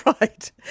Right